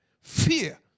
Fear